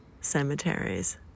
cemeteries